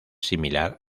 similar